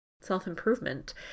self-improvement